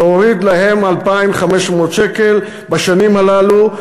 להוריד להם 2,500 שקלים בשנים הללו.